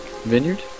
vineyard